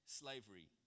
slavery